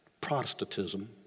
Protestantism